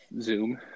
Zoom